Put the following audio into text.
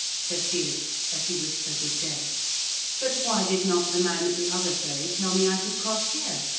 said felix, as he wished her good day but why did not the man at the other ferry tell me i could cross here?